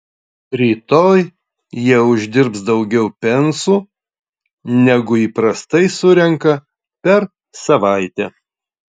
rytoj jie uždirbs daugiau pensų negu įprastai surenka per savaitę